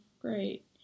Great